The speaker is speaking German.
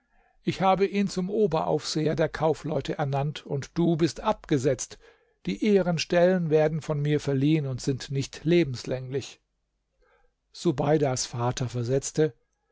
ich habe ihn zum oberaufseher der kaufleute ernannt und du bist abgesetzt die ehrenstellen werden von mir verliehen und sind nicht lebenslänglich subeidas vater versetzte